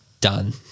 done